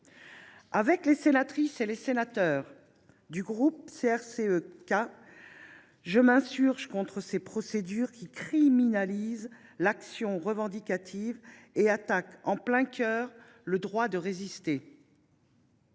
Avec les sénatrices et sénateurs du groupe CRCE K, je m’insurge contre ces procédures qui criminalisent l’action revendicative et attaquent en plein cœur le droit de résister.